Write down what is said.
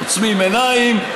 עוצמים עיניים,